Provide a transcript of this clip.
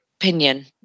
opinion